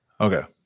Okay